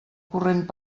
corrent